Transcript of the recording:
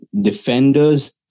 defenders